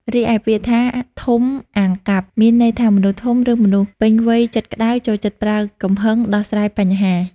រីឯពាក្យថា" ធំអាងកាប់"មានន័យថាមនុស្សធំឬមនុស្សពេញវ័យចិត្តក្ដៅ ចូលចិត្តប្រើកំហឹងដោះស្រាយបញ្ហា។